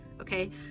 Okay